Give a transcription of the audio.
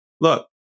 look